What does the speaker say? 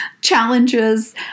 challenges